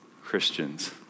Christians